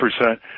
percent